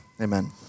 Amen